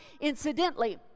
Incidentally